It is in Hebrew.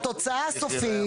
התוצאה הסופית